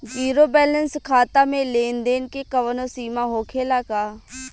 Zero balance खाता में लेन देन के कवनो सीमा होखे ला का?